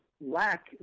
lack